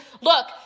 Look